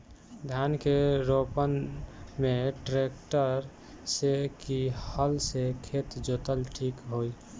धान के रोपन मे ट्रेक्टर से की हल से खेत जोतल ठीक होई?